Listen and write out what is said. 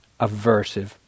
aversive